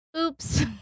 oops